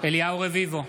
אליהו רביבו,